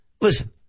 listen